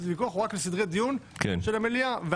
הוויכוח הוא רק על סדרי הדיון של המליאה.